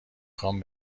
خوام